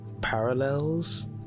parallels